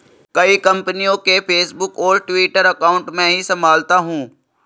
कई कंपनियों के फेसबुक और ट्विटर अकाउंट मैं ही संभालता हूं